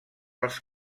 els